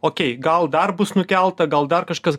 okei gal dar bus nukelta gal dar kažkas